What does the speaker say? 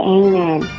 amen